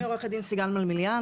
שמי עורכת הדין סיגל מלמיליאן,